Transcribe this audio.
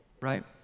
right